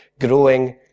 growing